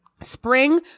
Spring